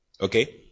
Okay